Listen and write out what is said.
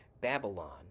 Babylon